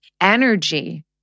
energy